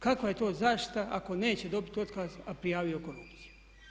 Kakva je to zaštita ako neće dobiti otkaz a prijavio korupciju?